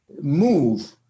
move